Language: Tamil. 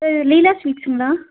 சார் இது லீலா ஸ்வீட்ஸ்ஸுங்களா